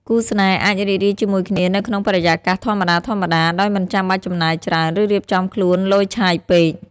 គូស្នេហ៍អាចរីករាយជាមួយគ្នានៅក្នុងបរិយាកាសធម្មតាៗ ដោយមិនចាំបាច់ចំណាយច្រើន ឬរៀបចំខ្លួនឡូយឆាយពេក។